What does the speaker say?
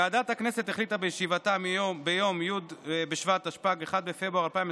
ועדת הכנסת החליטה בישיבתה היום כי הצעות החוק הבאות,